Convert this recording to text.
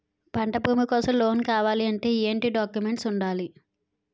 పంట భూమి కోసం లోన్ కావాలి అంటే ఏంటి డాక్యుమెంట్స్ ఉండాలి?